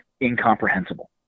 incomprehensible